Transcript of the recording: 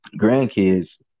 grandkids